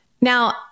Now